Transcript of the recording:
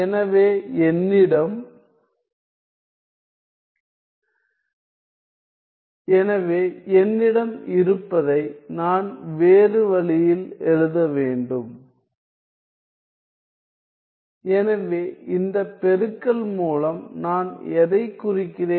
எனவே என்னிடம் எனவே என்னிடம் இருப்பதை நான் வேறு வழியில் எழுத வேண்டும் எனவே இந்த பெருக்கல் மூலம் நான் எதைக் குறிக்கிறேன்